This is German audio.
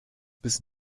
bis